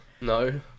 No